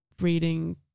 reading